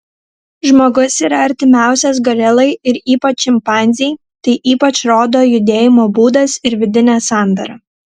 žmogus yra artimiausias gorilai ir ypač šimpanzei tai ypač rodo judėjimo būdas ir vidinė sandara